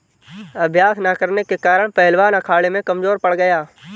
अभ्यास न करने के कारण पहलवान अखाड़े में कमजोर पड़ गया